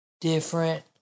different